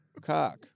cock